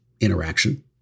interaction